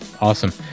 awesome